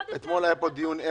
אתמול אחרי 10 שעות של דיון.